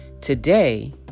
Today